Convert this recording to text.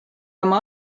oma